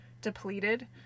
depleted